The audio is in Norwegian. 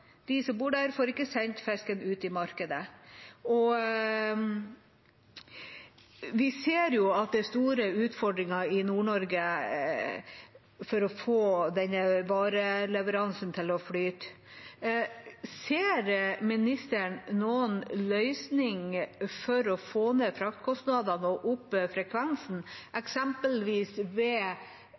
De som bor der, får ikke sendt fisken ut i markedet. Vi ser at det er store utfordringer i Nord-Norge med å få vareleveransen til å flyte. Ser ministeren noen løsning for å få ned fraktkostnadene og opp frekvensen, eksempelvis ved